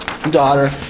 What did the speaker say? daughter